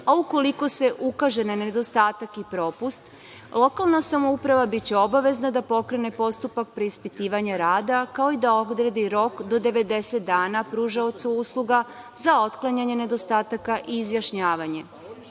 a ukoliko se ukaže na nedostatak i propust lokalna samouprava biće obavezna da pokrene postupak preispitivanja rada, kao i da odredi rok do 90 dana pružaocu usluga za otklanjanje nedostataka i izjašnjavanje.